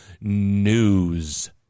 news